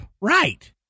Right